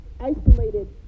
Isolated